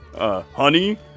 Honey